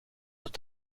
tot